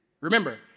Remember